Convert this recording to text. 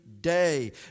day